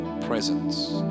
presence